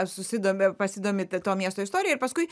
susidomi pasidomi to miesto istorija ir paskui